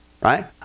right